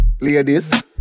Ladies